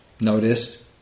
noticed